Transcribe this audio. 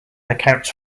accounts